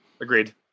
Agreed